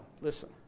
listen